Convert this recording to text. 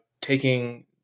taking